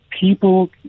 people